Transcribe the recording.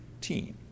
team